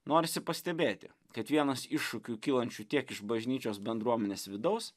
norisi pastebėti kad vienas iššūkių kylančių tiek iš bažnyčios bendruomenės vidaus